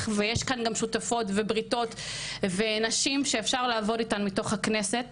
ויש כאן גם שותפות ובריתות ונשים שאפשר לעבוד איתן מתוך הכנסת